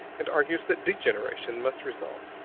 and argues that degeneration must result.